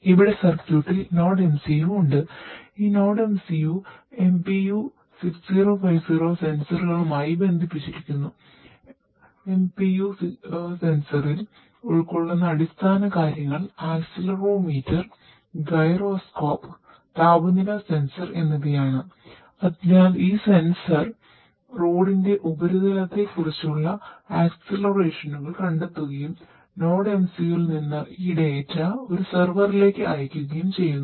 ഇവിടെ സർക്യൂട്ടിൽ അയക്കുകയും ചെയ്യുന്നു